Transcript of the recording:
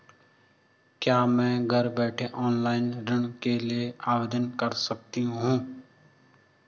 क्या मैं घर बैठे ऑनलाइन ऋण के लिए आवेदन कर सकती हूँ?